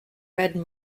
read